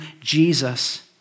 Jesus